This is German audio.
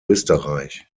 österreich